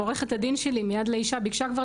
ועורכת הדין שלי מיד לאישה ביקשה כבר